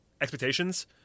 expectations